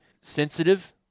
sensitive